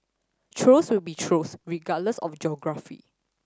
trolls will be trolls regardless of geography